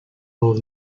өөр